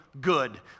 good